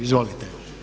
Izvolite.